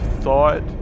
thought